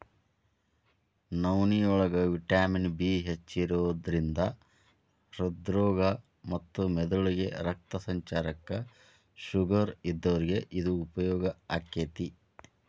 ನವನಿಯೋಳಗ vitamin B ಹೆಚ್ಚಿರೋದ್ರಿಂದ ಹೃದ್ರೋಗ ಮತ್ತ ಮೆದಳಿಗೆ ರಕ್ತ ಸಂಚಾರಕ್ಕ, ಶುಗರ್ ಇದ್ದೋರಿಗೆ ಇದು ಉಪಯೋಗ ಆಕ್ಕೆತಿ